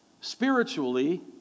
spiritually